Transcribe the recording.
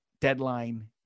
deadline